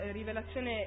rivelazione